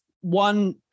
one